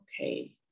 okay